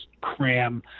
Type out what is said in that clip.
cram